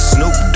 Snoop